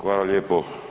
Hvala lijepo.